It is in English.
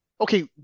Okay